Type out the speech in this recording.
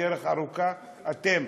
הדרך ארוכה, אתם